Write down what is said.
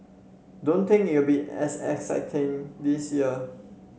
don't think it will be as exciting this year